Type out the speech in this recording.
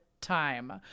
Time